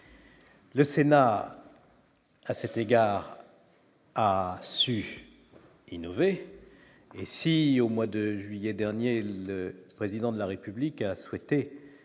Le Sénat, à cet égard, a su innover et si au mois de juillet dernier, le président de la République a souhaité